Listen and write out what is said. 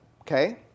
okay